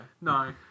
No